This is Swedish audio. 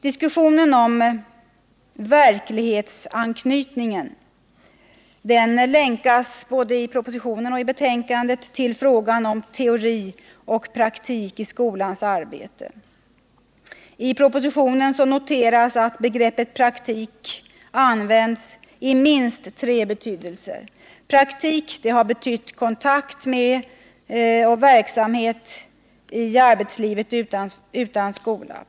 Diskussionen om verklighetsanknytningen länkas både i propositionen och i betänkandet till frågan om teori och praktik i skolans arbete. I propositionen noteras att begreppet praktik använts i minst tre betydelser. Praktik har betytt kontakt med och verksamhet i arbetslivet utanför skolan.